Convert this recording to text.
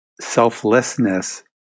Selflessness